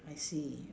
I see